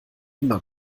immer